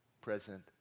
present